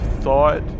thought